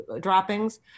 droppings